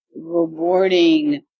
rewarding